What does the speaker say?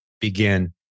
begin